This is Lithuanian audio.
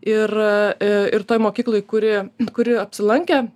ir ir toj mokykloj kuri kuri apsilankė